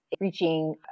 reaching